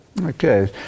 Okay